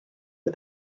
for